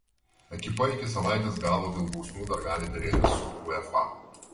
ekipa iki savaitės galo dėl bausmių dar gali derėtis su uefa